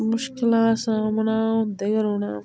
मुश्कलां दा सामना होंदे गै रौह्ना